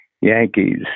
Yankees